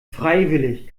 freiwillig